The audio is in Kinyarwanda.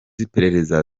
iperereza